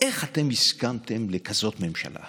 יוקם לנו גזע גאון ונדיב ואכזר.